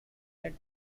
led